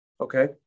Okay